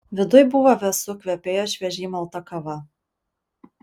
viduj buvo vėsu kvepėjo šviežiai malta kava